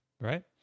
right